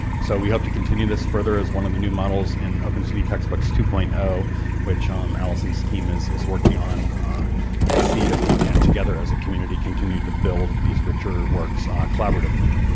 so we hope to continue this further as one of the new models in open suny textbooks two point zero which um allison's team is is working on and see if we can, together as a community, continue to build these richer works ah collaboratively.